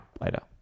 later